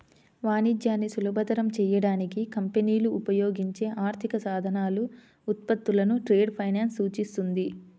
వాణిజ్యాన్ని సులభతరం చేయడానికి కంపెనీలు ఉపయోగించే ఆర్థిక సాధనాలు, ఉత్పత్తులను ట్రేడ్ ఫైనాన్స్ సూచిస్తుంది